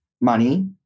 money